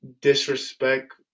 disrespect